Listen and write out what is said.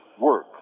work